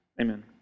Amen